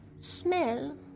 smell